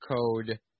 code